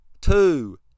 two